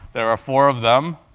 there are four of them,